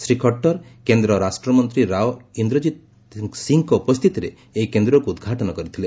ଶ୍ରୀ ଖଟ୍ଟର କେନ୍ଦ୍ର ରାଷ୍ଟ୍ରମନ୍ତ୍ରୀ ରାଓ ଇନ୍ଦରଜିତ୍ ସିଂଙ୍କ ଉପସ୍ଥିତିରେ ଏହି କେନ୍ଦ୍ରକୁ ଉଦ୍ଘାଟନ କରିଥିଲେ